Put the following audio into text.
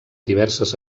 diverses